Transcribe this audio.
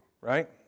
right